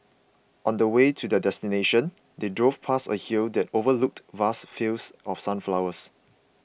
on the way to their destination they drove past a hill that overlooked vast fields of sunflowers